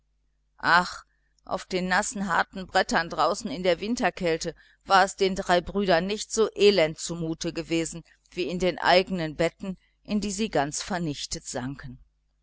ach auf den nassen harten brettern draußen in der winterkälte war es den drei brüdern nicht so elend zumute gewesen als in den eigenen betten in die sie ganz vernichtet sanken